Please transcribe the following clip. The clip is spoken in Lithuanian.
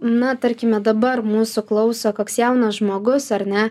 na tarkime dabar mūsų klauso koks jaunas žmogus ar ne